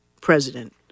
president